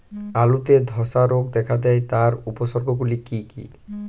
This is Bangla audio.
আলুতে ধ্বসা রোগ দেখা দেয় তার উপসর্গগুলি কি কি?